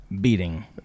Beating